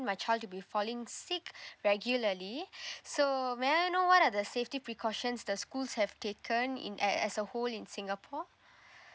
my child to be falling sick regularly so may I know what are the safety precautions the schools have taken in a~ as a whole in singapore